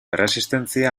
erresistentzia